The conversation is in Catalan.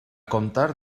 comptar